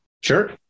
Sure